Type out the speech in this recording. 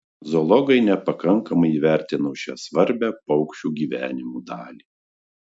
zoologai nepakankamai įvertino šią svarbią paukščių gyvenimo dalį